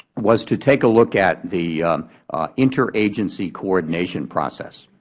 was to take a look at the interagency coordination process.